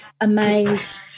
amazed